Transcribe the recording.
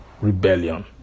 rebellion